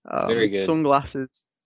sunglasses